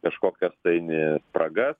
kažkokias tai ne spragas